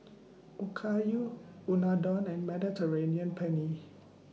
Okayu Unadon and Mediterranean Penne